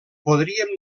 podríem